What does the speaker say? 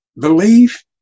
believe